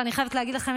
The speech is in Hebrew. ואני חייבת להגיד לכם,